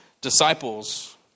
disciples